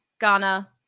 Ghana